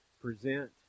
present